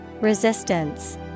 Resistance